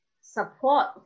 support